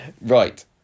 Right